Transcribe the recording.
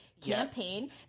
campaign